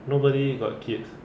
nobody got kids